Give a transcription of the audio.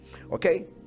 okay